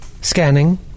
Scanning